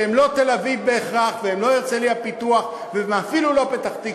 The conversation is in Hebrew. שהם לא בהכרח תל-אביב והם לא הרצליה-פיתוח והם אפילו לא פתח-תקווה.